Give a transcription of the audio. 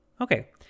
Okay